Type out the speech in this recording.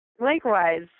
Likewise